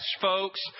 folks